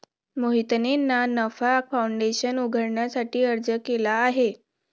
मोहितने ना नफा फाऊंडेशन उघडण्यासाठी अर्ज केला आहे